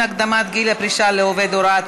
הקדמת גיל הפרישה לעובדי הוראה),